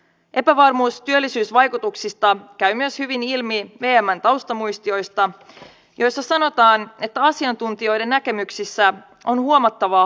epävarmuus työllisyysvaikutuksista käy hyvin ilmi myös vmn taustamuistioista joissa sanotaan että asiantuntijoiden näkemyksissä on huomattavaa hajontaa